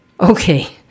okay